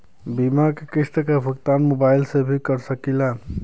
बीमा के किस्त क भुगतान मोबाइल से भी कर सकी ला?